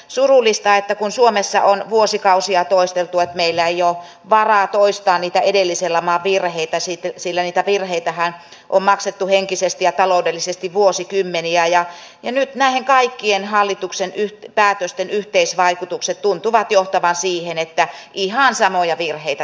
surullista kun suomessa on vuosikausia toisteltu että meillä ei ole varaa toistaa niitä edellisen laman virheitä sillä niitä virheitähän on maksettu henkisesti ja taloudellisesti vuosikymmeniä ja nyt näiden kaikkien hallituksen päätösten yhteisvaikutukset tuntuvat johtavan siihen että ihan samoja virheitä toistellaan